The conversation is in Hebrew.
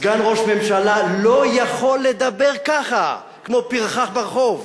סגן ראש ממשלה לא יכול לדבר ככה, כמו פרחח ברחוב.